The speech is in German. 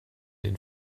den